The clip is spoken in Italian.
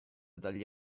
dagli